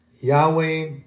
Yahweh